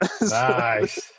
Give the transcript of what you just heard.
nice